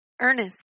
Ernest